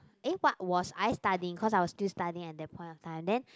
eh what was I studying cause I was still studying at that point of time then